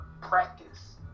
practice